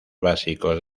básicos